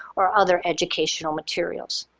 or other educational materials.